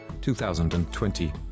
2020